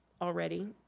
already